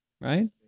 right